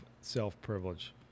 self-privilege